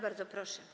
Bardzo proszę.